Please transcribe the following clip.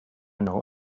know